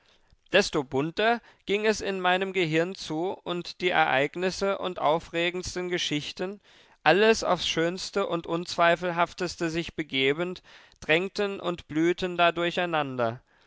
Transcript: desto bunter ging es in meinem gehirn zu und die ereignisse und aufregendsten geschichten alles aufs schönste und unzweifelhafteste sich begebend drängten und blühten